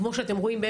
כמו שאתם רואים,